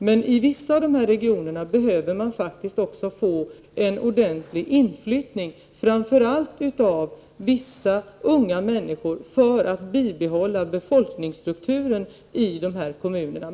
Men i vissa av dessa regioner behöver man faktiskt få en ordentlig inflyttning, framför allt av vissa grupper av unga människor, för att kunna bibehålla befolkningsstrukturen i dessa kommuner.